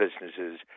businesses